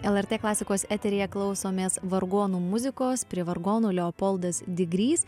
el er t klasikos eteryje klausomės vargonų muzikos prie vargonų leopoldas digrys